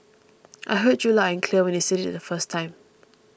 I heard you loud and clear when you said it the first time